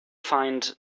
find